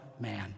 man